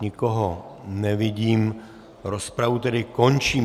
Nikoho nevidím, rozpravu končím.